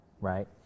right